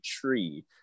tree